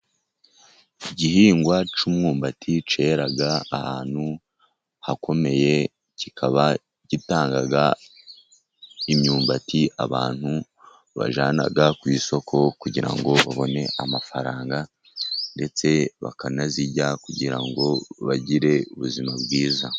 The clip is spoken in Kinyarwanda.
Igihingwa cy'umwumbati cyera ahantu hakomeye ,kikaba gitanga imyumbati ,abantu bajyana ku isoko kugira ngo babone amafaranga ,ndetse bakanayirya kugira ngo bagire ubuzima bwiza.